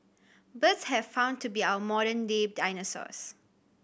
birds have found to be our modern day dinosaurs